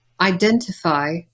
identify